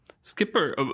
Skipper